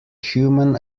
human